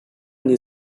any